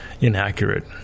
inaccurate